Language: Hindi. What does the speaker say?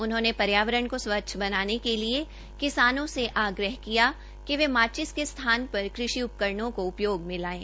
उन्होंने पर्यावरण को स्वच्छ बनाने के लिये किसानों से आग्रह किया कि वे माचिस के स्थान पर कृषि उपकरणों को उपयोग करे